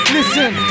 Listen